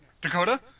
Dakota